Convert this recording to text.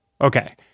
Okay